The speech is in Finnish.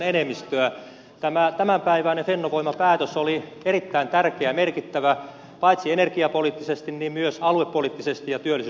tämä tämänpäiväinen fennovoima päätös oli erittäin tärkeä ja merkittävä paitsi energiapoliittisesti myös aluepoliittisesti ja työllisyyspoliittisesti